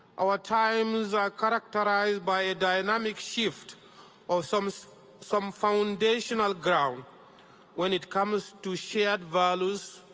our times are characterized by a dynamic shift of some so some foundational ground when it comes to shared values,